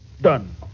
Done